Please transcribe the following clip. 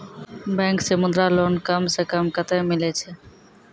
Bank से Mudra loan कम सऽ कम कतैय मिलैय छै?